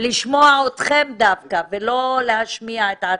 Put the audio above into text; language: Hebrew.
לשמוע אתכם דווקא ולא להשמיע את עצמנו,